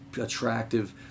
attractive